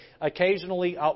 Occasionally